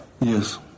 Yes